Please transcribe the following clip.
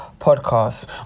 podcast